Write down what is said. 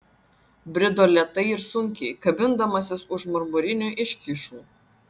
brido lėtai ir sunkiai kabindamasis už marmurinių iškyšų